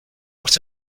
what